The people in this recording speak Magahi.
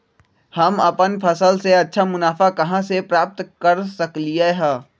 हम अपन फसल से अच्छा मुनाफा कहाँ से प्राप्त कर सकलियै ह?